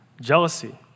jealousy